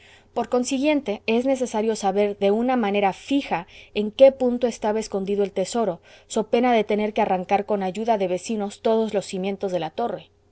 por consiguiente es necesario saber de una manera fija en qué punto estaba escondido el tesoro so pena de tener que arrancar con ayuda de vecinos todos los cimientos de la torre